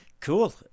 Cool